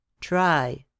Try